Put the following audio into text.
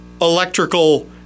electrical